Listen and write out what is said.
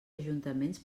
ajuntaments